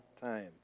time